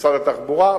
משרד התחבורה,